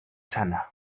sana